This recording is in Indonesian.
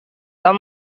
tom